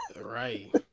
Right